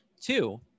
Two